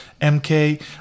MK